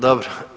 Dobro.